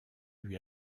lui